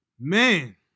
Man